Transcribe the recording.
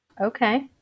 Okay